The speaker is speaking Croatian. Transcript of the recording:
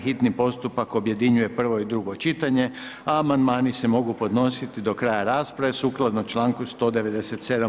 Hitni postupak objedinjuje prvo i drugo čitanje, a amandmani se mogu podnositi do kraja rasprave sukladno članku 197.